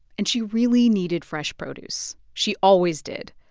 and she really needed fresh produce. she always did.